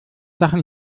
sachen